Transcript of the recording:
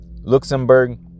luxembourg